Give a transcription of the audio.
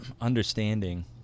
understanding